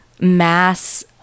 mass